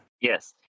Yes